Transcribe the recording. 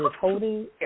holding